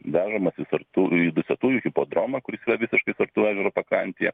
vežamas į sartų į dusetų hipodromą kur tradiciškai sartų ežero pakrantėje